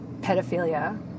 pedophilia